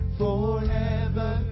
forever